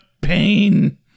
pain